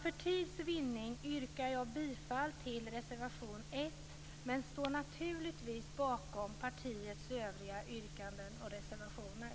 För tids vinning yrkar jag bifall till reservation 1 men står naturligtvis bakom partiets övriga yrkanden och reservationer.